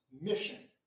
mission